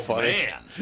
man